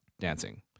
dancing